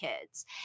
kids